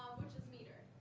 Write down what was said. which is metered.